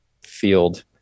field